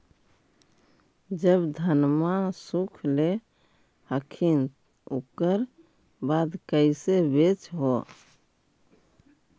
जब धनमा सुख ले हखिन उकर बाद कैसे बेच हो?